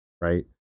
right